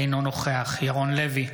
אינו נוכח ירון לוי,